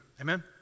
Amen